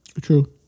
True